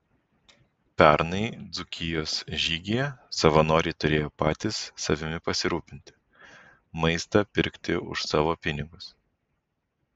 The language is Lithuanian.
pernai dzūkijos žygyje savanoriai turėjo patys savimi pasirūpinti maistą pirkti už savo pinigus